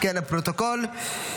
לפרוטוקול.